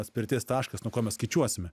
atspirties taškas nuo ko mes skaičiuosime